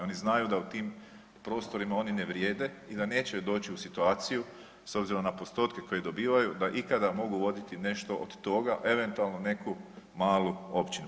Oni znaju da u tim prostorima oni ne vrijede i da neće doći u situaciju s obzirom na postotke koje dobivaju da ikada mogu voditi nešto od toga, eventualno neku malu općinu.